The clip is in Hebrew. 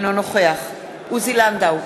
אינו נוכח עוזי לנדאו,